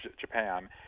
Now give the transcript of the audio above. Japan